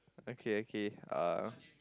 okay okay uh